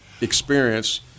experience